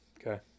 Okay